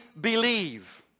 believe